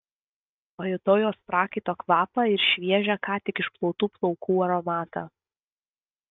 pajutau jos prakaito kvapą ir šviežią ką tik išplautų plaukų aromatą